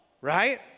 Right